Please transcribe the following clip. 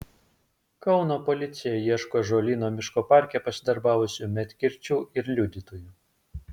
kauno policija ieško ąžuolyno miško parke pasidarbavusių medkirčių ir liudytojų